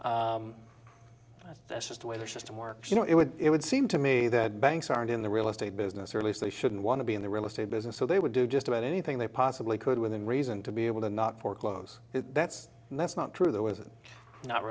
interest that's just the way the system works you know it would it would seem to me that banks aren't in the real estate business or at least they shouldn't want to be in the real estate business so they would do just about anything they possibly could within reason to be able to not foreclose and that's not true there was not